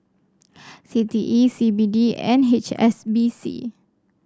C T E C B D and H S B C